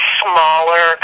smaller